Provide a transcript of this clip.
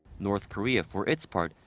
north korea. for its part.